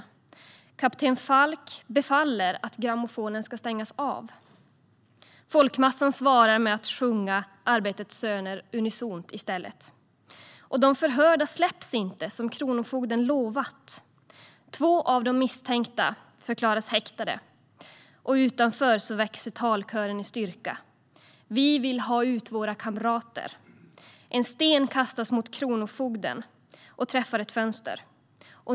Kapten Falk befaller att grammofonen ska stängas av. Folkmassan svarar med att sjunga Arbetets söner unisont i stället. De förhörda släpps inte som kronofogden lovat. Två av de misstänkta förklaras häktade. Utanför växer talkören i styrka: 'Vi vill ha ut våra kamrater!' - En sten kastas mot kronofogden och träffar ett fönster.